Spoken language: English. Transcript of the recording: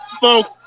folks